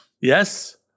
Yes